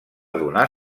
donar